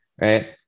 Right